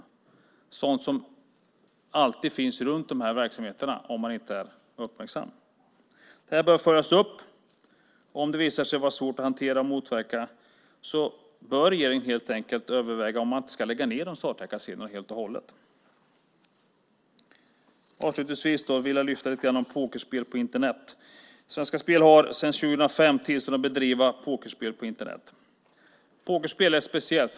Det är sådant som alltid finns runt dessa verksamheter om man inte är uppmärksam. Detta bör föras upp. Om det visar sig vara svårt att hantera och motverka bör regeringen helt enkelt överväga att lägga ned statliga kasinon helt och hållet. Avslutningsvis vill jag lyfta fram pokerspel på Internet. Svenska Spel har sedan 2005 tillstånd att bedriva pokerspel på Internet. Pokerspel är speciellt.